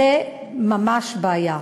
זאת ממש בעיה.